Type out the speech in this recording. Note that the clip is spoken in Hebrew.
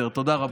תודה רבה.